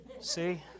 See